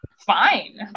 fine